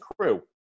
crew